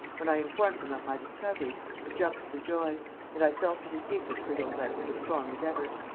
when i informed him of my discoveries, he jumped for joy and i felt that his hatred for daubrecq was as strong as ever.